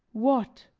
what?